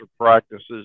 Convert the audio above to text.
practices